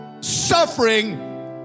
suffering